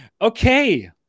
Okay